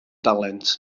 dalent